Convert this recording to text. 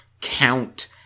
count